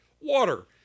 water